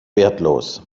wertlos